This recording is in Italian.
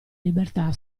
libertà